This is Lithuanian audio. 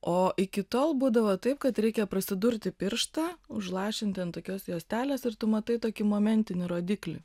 o iki tol būdavo taip kad reikia prasidurti pirštą užlašinti ant tokios juostelės ir tu matai tokį momentinį rodiklį